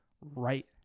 right